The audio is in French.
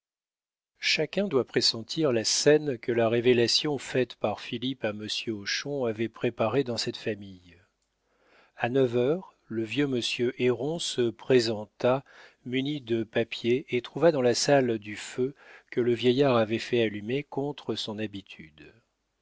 chacun doit pressentir la scène que la révélation faite par philippe à monsieur hochon avait préparée dans cette famille a neuf heures le vieux monsieur héron se présenta muni de papiers et trouva dans la salle du feu que le vieillard avait fait allumer contre son habitude